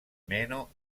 meno